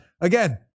Again